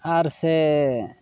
ᱟᱨ ᱥᱮ